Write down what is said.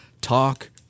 talk